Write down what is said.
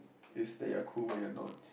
you stay you are cool but you're not